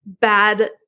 bad